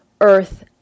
earth